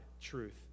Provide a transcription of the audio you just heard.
truth